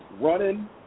running